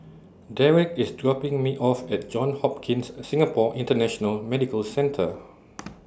Derrek IS dropping Me off At Johns Hopkins Singapore International Medical Centre